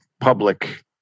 public